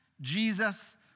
Jesus